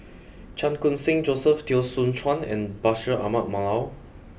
Chan Khun Sing Joseph Teo Soon Chuan and Bashir Ahmad Mallal